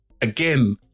again